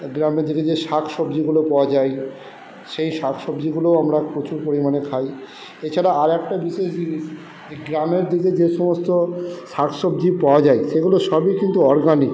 গ্রামের যে দিকে শাক সবজিগুলো পাওয়া যায়ই সেই শাক সবজিগুলোও আমার প্রচুর পরিমাণে খাই এছাড়া আর একটা বিশেষ জিনিস গ্রামের দিকে যে সমস্ত শাক সবজি পাওয়া যায়ই সেগুলো সবই কিন্তু অর্গানিক